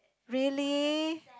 really